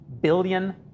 billion